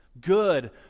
good